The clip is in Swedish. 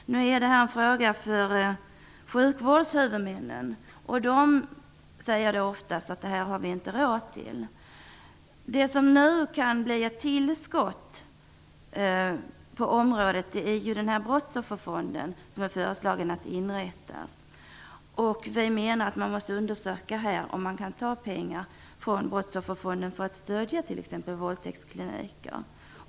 Det är en fråga för sjukvårdshuvudmännen. De säger ofta att man inte har råd med sådant. Det som nu kan bli ett tillskott på området är den brottsofferfond som föreslås bli inrättad. Man måste undersöka om det går att ta pengar från brottsofferfonden till att stödja t.ex. våldtäktskliniker.